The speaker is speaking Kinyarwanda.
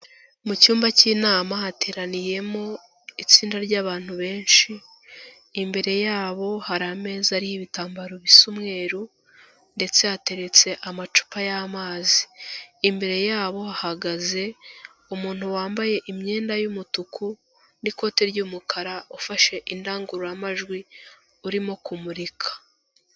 Mu cyumba cy'inama hateraniyemo itsinda ry'abantu benshi, imbere yabo hari ameza ariho ibitambaro bisa umweru ndetse hateretse amacupa y'amazi, imbere yabo hahagaze umuntu wambaye imyenda y'umutuku n'ikote ry'umukara ufashe indangururamajwi urimo kumurika.